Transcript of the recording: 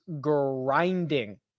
grinding